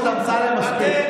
תן לי, תן לי, תן לי.